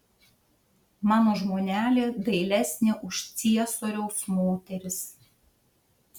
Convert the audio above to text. mano žmonelė dailesnė už ciesoriaus moteris